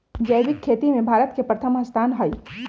जैविक खेती में भारत के प्रथम स्थान हई